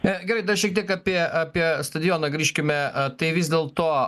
na gerai dar šiek tiek apie apie stadioną grįžkime ar tai vis dėlto